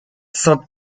sainte